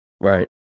Right